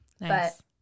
Nice